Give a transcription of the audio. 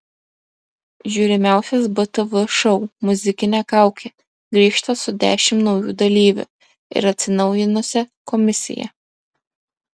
žiūrimiausias btv šou muzikinė kaukė grįžta su dešimt naujų dalyvių ir atsinaujinusia komisija